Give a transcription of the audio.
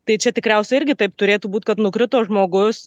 tai čia tikriausiai irgi taip turėtų būt kad nukrito žmogus